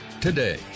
today